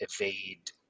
evade